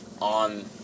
on